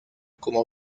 como